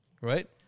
right